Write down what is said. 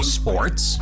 sports